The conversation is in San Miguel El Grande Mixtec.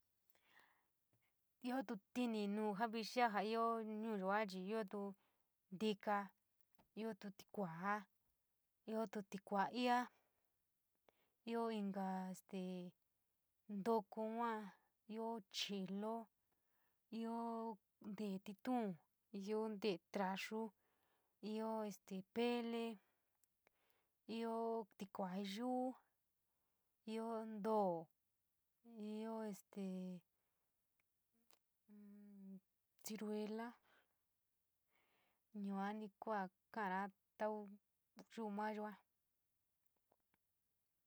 Iotu tini nu ja vixia, io ñuuya chi, iotuo ntika, io tuo tikuu jaa io tikuu iaoi, io inka te ntako yuu io chirilo io ntele tiiton, io tele tranouu, io este pele, io tua yuu, io ntou, io este ciruelo, yaa nu kua ka´ara tau yu´u mayo.